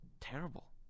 terrible